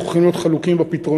אנחנו יכולים להיות חלוקים בפתרונות,